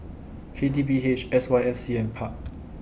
K T P H S Y F C and Pub